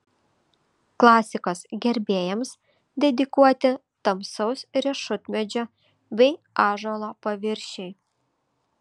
klasikos gerbėjams dedikuoti tamsaus riešutmedžio bei ąžuolo paviršiai